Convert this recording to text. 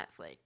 Netflix